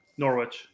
Norwich